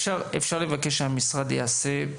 אפשר לבקש שהמשרד יעשה.